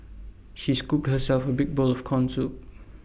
she scooped herself A big bowl of Corn Soup